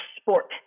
sport